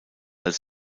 als